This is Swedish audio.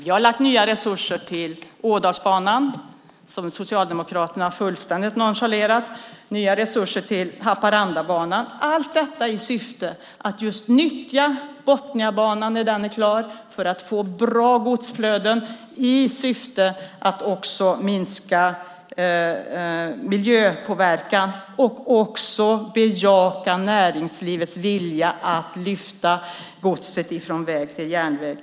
Vi har lagt nya resurser till Ådalsbanan, som Socialdemokraterna fullständigt nonchalerade, och Haparandabanan. Allt detta gör vi i syfte att nyttja Botniabanan när den är klar för att få bra godsflöden i syfte att också minska miljöpåverkan och bejaka näringslivets vilja att lyfta gods från väg till järnväg.